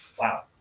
wow